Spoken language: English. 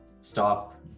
stop